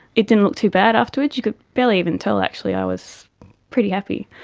it didn't look too bad afterwards, you could barely even tell actually, i was pretty happy.